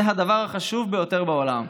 זה הדבר החשוב ביותר בעולם?